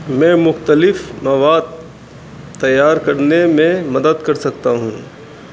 میں مختلف مواد تیار کرنے میں مدد کر سکتا ہوں